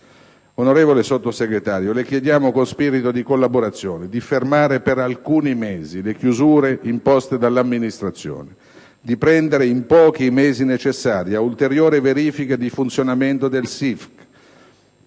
Onorevole Sottosegretario, le chiediamo con spirito di collaborazione di fermare per alcuni mesi le chiusure imposte dall'amministrazione, di prendere i pochi mesi necessari alle ulteriori verifiche di funzionamento del SIFC,